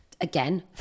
Again